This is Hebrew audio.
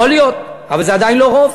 יכול להיות, אבל זה עדיין לא רוב.